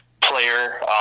player